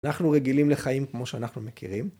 אנחנו רגילים לחיים כמו שאנחנו מכירים.